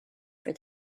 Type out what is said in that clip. for